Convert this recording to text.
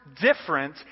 different